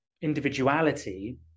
individuality